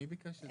מי ביקש את זה?